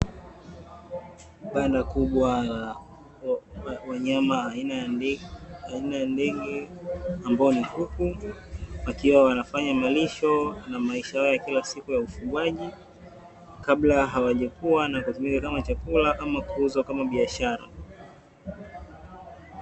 Banda kubwa la ufugaji wa nyama aina ya ndege ambaye ni kuku, wakiwa wanafanya malisho na maisha yao yakiwa siku ya ufugaji kabla hawajakuwa kama chakula kwa kuuzwa kama biashara.